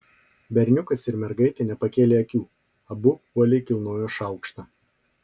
berniukas ir mergaitė nepakėlė akių abu uoliai kilnojo šaukštą